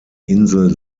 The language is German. insel